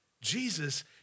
Jesus